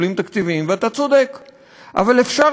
ו-90% מהציבור תומכים בזה,